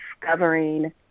discovering